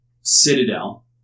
citadel